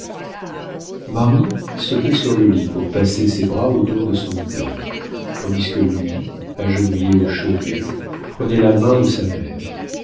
marie sautait sur le lit pour passer ses bras autour de son idole tandis que louis agenouillé au chevet prenait la main de sa mère